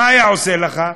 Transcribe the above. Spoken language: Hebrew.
מה היה עושה לך?